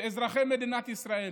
שאזרחי מדינת ישראל